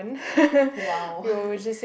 !wow!